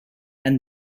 and